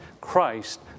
Christ